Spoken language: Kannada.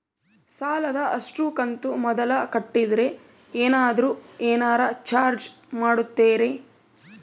ಸಾಲದ ಅಷ್ಟು ಕಂತು ಮೊದಲ ಕಟ್ಟಿದ್ರ ಏನಾದರೂ ಏನರ ಚಾರ್ಜ್ ಮಾಡುತ್ತೇರಿ?